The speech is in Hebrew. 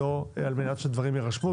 העניין.